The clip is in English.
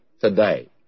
today